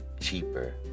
cheaper